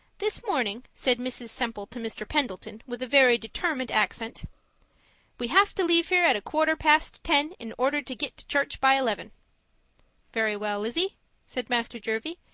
this morning, said mrs. semple to mr. pendleton, with a very determined accent we have to leave here at a quarter past ten in order to get to church by eleven very well, lizzie said master jervie,